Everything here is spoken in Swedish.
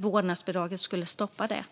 Vårdnadsbidraget skulle inte stoppa det.